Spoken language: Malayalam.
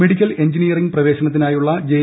മെഡിക്കൽ എൻജിനീയറിങ് പ്രവേശനത്തിനായുള്ള ജെ